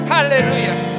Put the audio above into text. Hallelujah